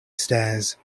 stairs